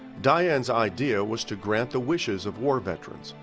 diane's idea was to grant the wishes of war veterans,